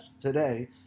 today